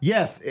Yes